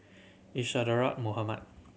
Isadhora Mohamed